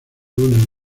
une